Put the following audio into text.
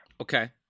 Okay